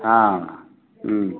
हँ हूँ